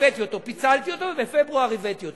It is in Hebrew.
פיצלתי אותו, ובפברואר הבאתי אותו.